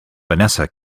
vanessa